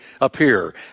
appear